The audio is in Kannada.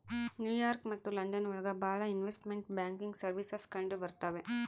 ನ್ಯೂ ಯಾರ್ಕ್ ಮತ್ತು ಲಂಡನ್ ಒಳಗ ಭಾಳ ಇನ್ವೆಸ್ಟ್ಮೆಂಟ್ ಬ್ಯಾಂಕಿಂಗ್ ಸರ್ವೀಸಸ್ ಕಂಡುಬರ್ತವೆ